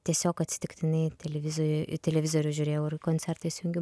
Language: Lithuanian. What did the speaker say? tiesiog atsitiktinai televizorių į televizorių žiūrėjau ir koncertą įsijungiau